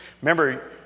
Remember